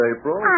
April